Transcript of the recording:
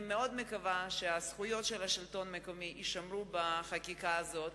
אני מקווה מאוד שהזכויות של השלטון המקומי יישמרו בחקיקה הזאת